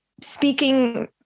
speaking